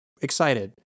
excited